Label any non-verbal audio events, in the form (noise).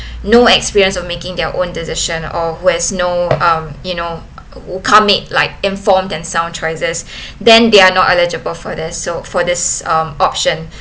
no experience of making their own decision or where's no um you know commit like informed and sound choices (breath) then they are not eligible for this so~ for this option